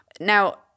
now